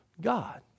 God